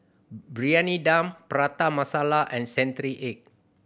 Briyani Dum Prata Masala and century egg